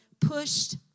Pushed